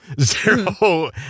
Zero